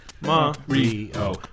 Mario